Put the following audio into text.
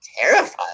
terrified